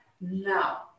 Now